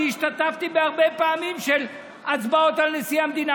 השתתפתי הרבה פעמים בהצבעות על נשיא המדינה,